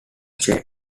chain